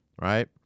Right